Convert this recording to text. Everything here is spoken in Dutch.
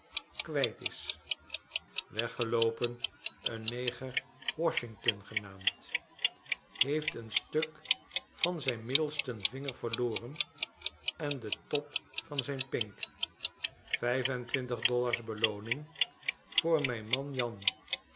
is weggeloopen een neger washington genaamd heeft een stuk van zijn middelsten vinger verloren en den top van zijn pink w viif en twintig dollars belooning voor mijn man jan